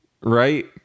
right